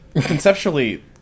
conceptually